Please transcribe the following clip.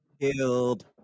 killed